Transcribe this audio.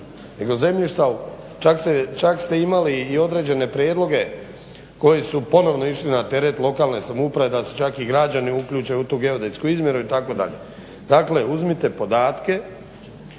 nego zemljišta, čak ste imali i određene prijedloge koji su ponovo išli na teret lokalne samouprave da se čak i građani uključe u tu geodetsku izmjeru itd. Dakle, uzmite podatke